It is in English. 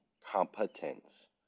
competence